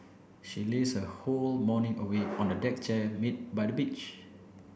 she lazed her whole morning away on the deck chair by the beach